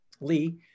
Lee